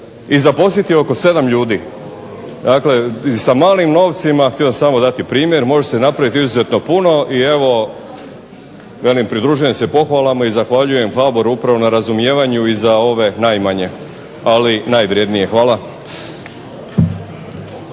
i zaposliti oko 7 ljudi. Dakle, i sa malim novcima, htio sam samo dati primjer, može se napraviti izuzetno puno. I evo velim pridružujem se pohvalama i zahvaljujem HBOR-u upravo na razumijevanju i za ove najmanje, ali i najvrjednije. Hvala.